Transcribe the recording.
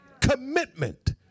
Commitment